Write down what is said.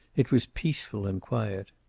it was peaceful and quiet.